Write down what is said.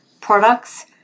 products